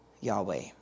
Yahweh